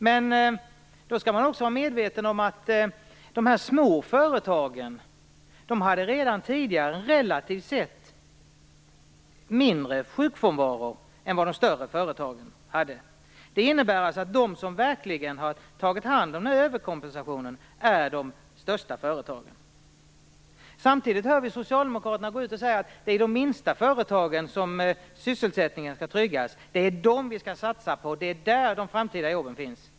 Men man skall också vara medveten om att de små företagen redan tidigare hade en lägre sjukfrånvaro än de större företagen, relativt sett. Det innebär att det är de största företagen som verkligen har tagit hand om överkompensationen. Samtidigt hör vi Soialdemokraterna gå ut och säga att det är i de minsta företagen som sysselsättningen skall tryggas, att det är dem vi skall satsa på och där de framtida jobben finns.